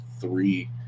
three